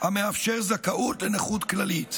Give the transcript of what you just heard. המאפשר זכאות לנכות כללית.